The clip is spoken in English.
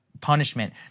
punishment